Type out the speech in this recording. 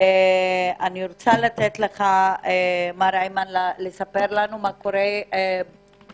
אני רוצה לתת לך לספר לנו, מה קורה היום.